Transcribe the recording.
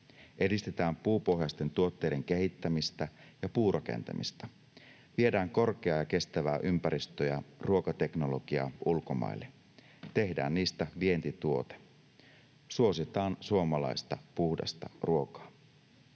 Edistetään puupohjaisten tuotteiden kehittämistä ja puurakentamista. Viedään korkeaa ja kestävää ympäristö- ja ruokateknologiaa ulkomaille, tehdään niistä vientituote. Suositaan suomalaista puhdasta ruokaa.